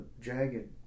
jagged